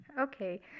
Okay